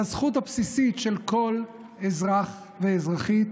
על הזכות הבסיסית של כל אזרח ואזרחית